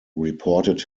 reported